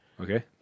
okay